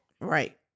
Right